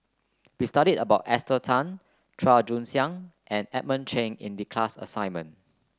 we studied about Esther Tan Chua Joon Siang and Edmund Cheng in the class assignment